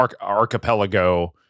archipelago